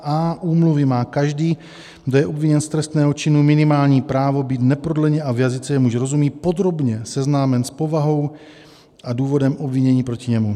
a) Úmluvy má každý, kdo je obviněn z trestného činu, minimální právo být neprodleně a v jazyce, jemuž rozumí, podrobně seznámen s povahou a důvodem obvinění proti němu.